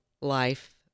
life